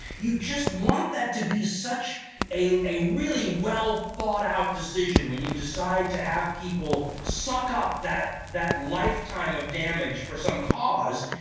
you just want that to be such a a really well thought out decision when you decide to have people suck up that that lifetime of damage for some cause.